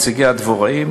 נציגי הדבוראים,